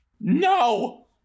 No